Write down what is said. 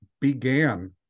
began